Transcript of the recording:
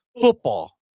football